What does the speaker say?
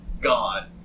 God